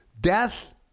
Death